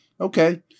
Okay